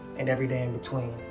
and every day in between.